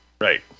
right